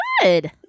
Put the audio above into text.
Good